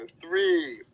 three